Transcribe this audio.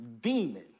demon